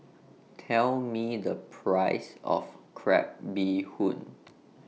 Tell Me The Price of Crab Bee Hoon